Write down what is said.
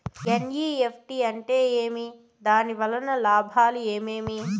NEFT అంటే ఏమి? దాని వలన లాభాలు ఏమేమి